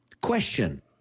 Question